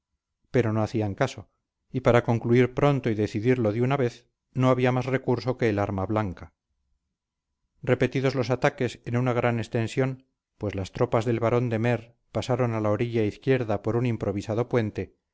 pero no hacían caso y para concluir pronto y decidirlo de una vez no había más recurso que el arma blanca repetidos los ataques en una gran extensión pues las tropas del barón de meer pasaron a la orilla izquierda por un improvisado puente